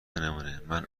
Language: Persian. نمونهمن